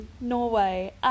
Norway